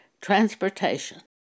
transportation